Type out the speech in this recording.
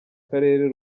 karere